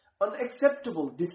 unacceptable